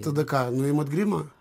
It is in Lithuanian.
tada ką nuimat grimą